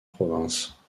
provinces